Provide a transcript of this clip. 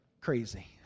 crazy